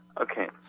Okay